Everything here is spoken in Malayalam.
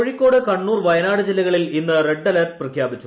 കോഴിക്കോട് കണ്ണൂർ വയനാട് ജില്ലകളിൽ ഇന്ന് റെഡ് അലേർട്ട് പ്രഖ്യാപിച്ചു